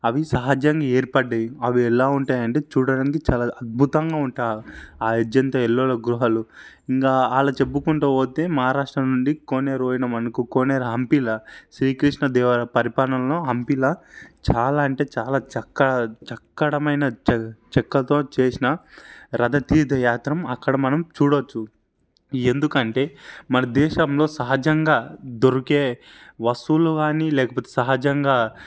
అవి సహజంగా ఏర్పడ్డయి అవి ఎలా ఉంటాయంటే చూడటానికి చాలా అద్భుతంగా ఉంటాయి ఆ అజంతా ఎల్లోరా గుహలు ఇంకా అలా చెప్పుకుంటూ పోతే మహారాష్ట్ర నుండి కోనేరు పోయామనుకో కోనేరు హంపిలా శ్రీకృష్ణ దేవరాయ పరిపాలనలో హంపిలో చాలా అంటే చాలా చక్కటి చక్కనైన చెక్కతో చేసిన రథ తీర్థయాత్ర అక్కడ మనం చూడవచ్చు ఎందుకంటే మన దేశంలో సహజంగా దొరికే వస్తువులు కానీ లేకపోతే సహజంగా